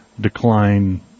decline